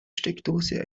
steckdose